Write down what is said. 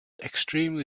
extremely